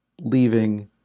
leaving